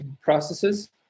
processes